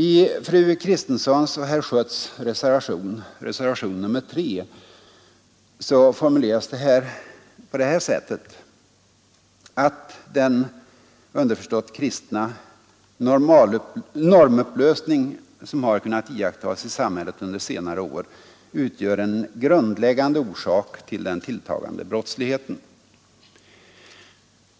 I fru Kristenssons och herr Schötts reservation nr 3 formuleras det på det här sättet: ”Den normupplösning” — underförstått: upplösning av det kristna normsystemet — ”som har kunnat iakttas i vårt land under senare år utgör ——— en grundläggande orsak till den tilltagande brottsligheten.”